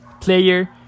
player